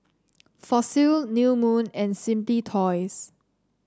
Fossil New Moon and Simply Toys